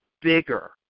bigger